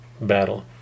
battle